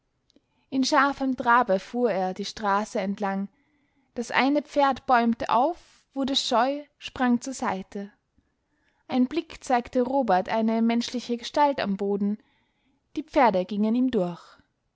in scharfem trabe fuhr er die straße entlang das eine pferd bäumte auf wurde scheu sprang zur seite ein blick zeigte robert eine menschliche gestalt am boden die pferde gingen ihm durch